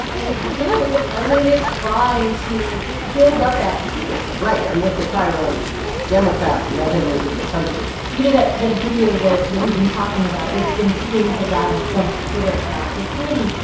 and clearly, the president is trying to build up that fear right and with the chyron democrats let him into the country you know, that that video that that we've been talking about it's been pinned to donald trump's twitter account. so clearly,